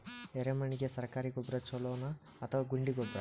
ಎರೆಮಣ್ ಗೆ ಸರ್ಕಾರಿ ಗೊಬ್ಬರ ಛೂಲೊ ನಾ ಅಥವಾ ಗುಂಡಿ ಗೊಬ್ಬರ?